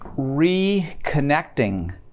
reconnecting